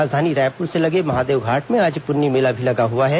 राजधानी रायपुर से लगे महादेवघाट में आज पुन्नी मेला भी लगा हुआ है